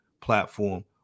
platform